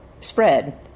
spread